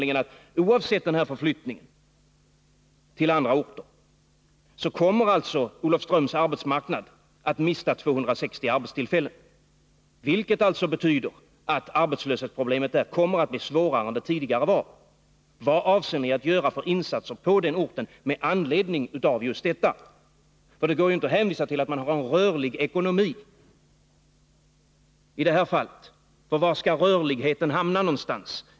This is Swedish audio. Genom förflyttningen till andra orter kommer Olofströms arbetsmarknad att mista 260 arbetstillfällen, vilket betyder att arbetslöshetsproblemet där kommer att bli svårare än vad det tidigare har varit. Vilka insatser avser ni att göra på den orten med anledning av detta? Det går ju inte i detta fall att hänvisa till att man har en rörlig ekonomi. Vilka orter skall ta emot dem som drabbas av denna rörlighet?